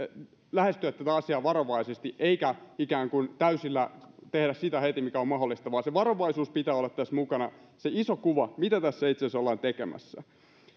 lähestyä tätä asiaa hyvin varovaisesti eikä ikään kuin täysillä tehdä heti sitä mikä on mahdollista vaan se varovaisuus pitää olla tässä mukana se iso kuva mitä tässä itse asiassa ollaan tekemässä